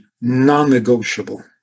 non-negotiable